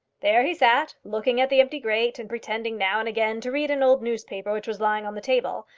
there he sat looking at the empty grate, and pretending now and again to read an old newspaper which was lying on the table,